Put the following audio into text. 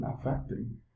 affecting